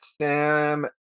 Sam